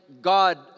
God